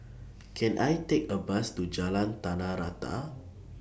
Can I Take A Bus to Jalan Tanah Rata